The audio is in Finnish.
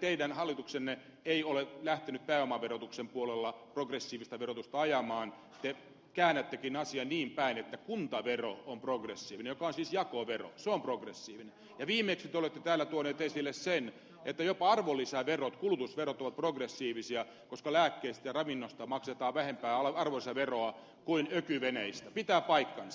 teidän hallituksenne ei ole lähtenyt pääomaverotuksen puolella progressiivista verotusta ajamaan te käännättekin asian niin päin että kuntavero joka on siis jakovero on progressiivinen ja viimeksi te olette täällä tuoneet esille sen että jopa arvonlisäverot kulutusverot ovat progressiivisia koska lääkkeistä ja ravinnosta maksetaan vähemmän arvonlisäveroa kuin ökyveneistä pitää paikkansa